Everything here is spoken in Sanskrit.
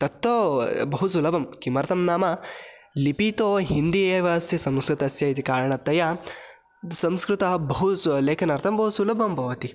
तत्तु बहु सुलभं किमर्थं नाम लिपि तु हिन्दी एव अस्सि संस्कृतस्य इति कारणतया संस्कृतं बहु लेखनार्थं बहु सुलभं भवति